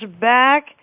back